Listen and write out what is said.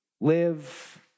live